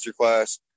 masterclass